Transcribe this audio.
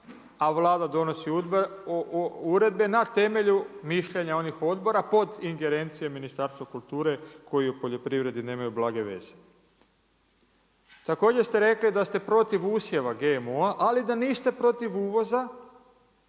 a Vlada donosi uredbe na temelju mišljenja onih odbora pod ingerencijom Ministarstva kulture koji o poljoprivredi nemaju blage veze. Također ste rekli da ste protiv usjeva GMO-a, ali da niste protiv uvoza